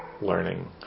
learning